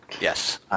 Yes